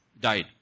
died